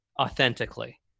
authentically